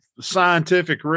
scientific